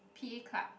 p_a club